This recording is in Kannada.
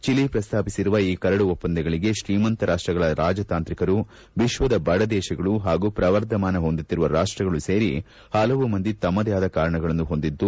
ಚಿಲಿ ಪ್ರಸ್ತಾಪಿಸಿರುವ ಈ ಕರಡು ಒಪ್ಪಂದಗಳಲ್ಲಿ ಶ್ರೀಮಂತ ರಾಷ್ಷಗಳ ರಾಜತಾಂತ್ರಿಕರು ವಿಶ್ವದ ಬಡ ದೇಶಗಳು ಹಾಗೂ ಶ್ರವರ್ದಮಾನ ಹೊಂದುತ್ತಿರುವ ರಾಷ್ಟಗಳು ಸೇರಿ ಹಲವು ಮಂದಿ ತಮ್ನದೇ ಆದ ಕಾರಣಗಳನ್ನು ಹೊಂದಿದ್ದು